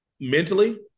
Mentally